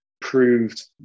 proved